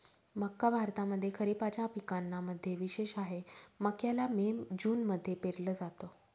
मक्का भारतामध्ये खरिपाच्या पिकांना मध्ये विशेष आहे, मक्याला मे जून मध्ये पेरल जात